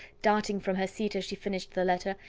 darting from her seat as she finished the letter,